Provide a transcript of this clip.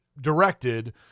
directed